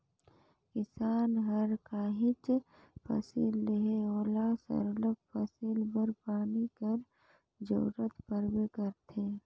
किसान हर काहींच फसिल लेहे ओला सरलग फसिल बर पानी कर जरूरत परबे करथे